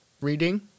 reading